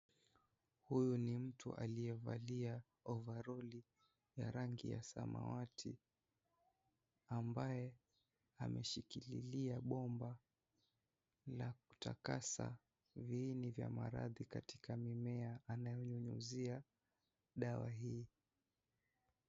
Huyu ni mtu aliyevalia ovaroli ya rangi ya samawati ambaye ameshikilia bomba vya kutakaza viini vya maradhi katika mimea anayenyunyuzia dawa hiyo.